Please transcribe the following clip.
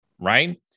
right